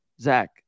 Zach